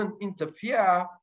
interfere